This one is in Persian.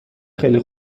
خیلی